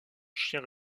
chien